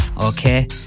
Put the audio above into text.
okay